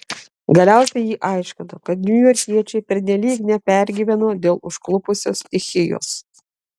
galiausiai ji aiškino kad niujorkiečiai pernelyg nepergyveno dėl užklupusios stichijos